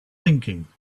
thinking